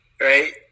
Right